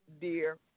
dear